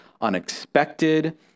unexpected